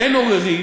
אין עוררין